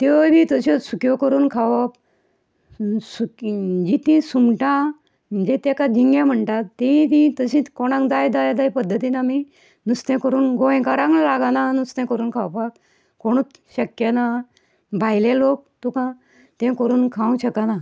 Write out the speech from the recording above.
त्योय बी तश्यो सुक्यो करून खावप सुकीं जितीं सुंगटां जेका जिंगें म्हणटा तींय बीन तशींत कोणाक जाय जाय त्या पद्धतीन आमी नुस्तें करून गोंयकारांक लागना नुस्तें करून खावपाक कोणूत शक्य ना भायले लोक तुका तें कोरून खावंक शकना